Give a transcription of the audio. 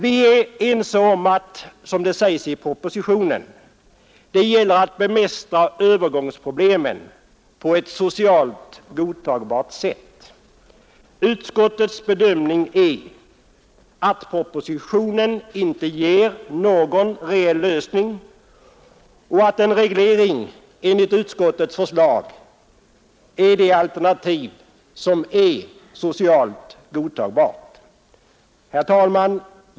Vi är också eniga om att det — som det sägs i propositionen — gäller att bemästra övergångsproblemen på ett socialt godtagbart sätt. Utskottets bedömning är att propositionen inte ger någon reell lösning och att en reglering enligt utskottets förslag är det alternativ som är socialt godtagbart. Herr talman!